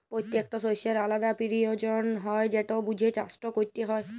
পত্যেকট শস্যের আলদা পিরয়োজন হ্যয় যেট বুঝে চাষট ক্যরতে হয়